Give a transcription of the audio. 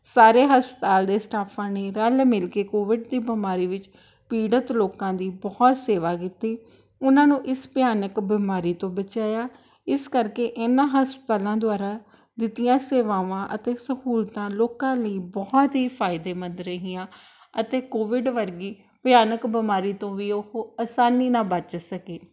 ਸਾਰੇ ਹਸਪਤਾਲ ਦੇ ਸਟਾਫਾਂ ਨੇ ਰਲ ਮਿਲ ਕੇ ਕੋਵਿਡ ਦੀ ਬਿਮਾਰੀ ਵਿੱਚ ਪੀੜਿਤ ਲੋਕਾਂ ਦੀ ਬਹੁਤ ਸੇਵਾ ਕੀਤੀ ਉਹਨਾਂ ਨੂੰ ਇਸ ਭਿਆਨਕ ਬਿਮਾਰੀ ਤੋਂ ਬਚਾਇਆ ਇਸ ਕਰਕੇ ਇਨ੍ਹਾਂ ਹਸਪਤਾਲਾਂ ਦੁਆਰਾ ਦਿੱਤੀਆਂ ਸੇਵਾਵਾਂ ਅਤੇ ਸਹੂਲਤਾਂ ਲੋਕਾਂ ਲਈ ਬਹੁਤ ਹੀ ਫਾਇਦੇਮੰਦ ਰਹੀਆਂ ਅਤੇ ਕੋਵਿਡ ਵਰਗੀ ਭਿਆਨਕ ਬਿਮਾਰੀ ਤੋਂ ਵੀ ਉਹ ਆਸਾਨੀ ਨਾਲ ਬਚ ਸਕੇ